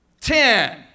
ten